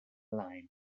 line